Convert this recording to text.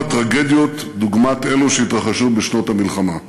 טרגדיות דוגמת אלו שהתרחשו בשנות המלחמה.